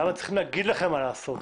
למה צריך להגיד לכם מה לעשות?